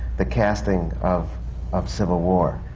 the casting of of civil war,